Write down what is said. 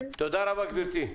תודה רבה גברתי.